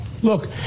Look